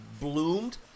bloomed